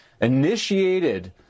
initiated